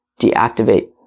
deactivate